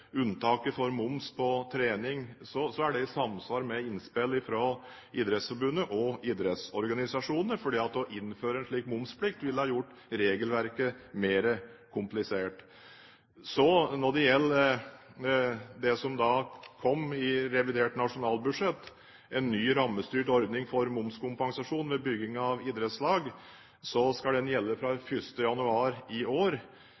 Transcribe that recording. unntaket for moms på trening, er det i samsvar med innspill fra Idrettsforbundet og idrettsorganisasjonene, fordi å innføre en slik momsplikt, ville gjort regelverket mer komplisert. Når det gjelder det som kom i revidert nasjonalbudsjett, en ny rammestyrt ordning for momskompensasjon ved bygging av idrettsanlegg, skal den gjelde fra 1. januar i år,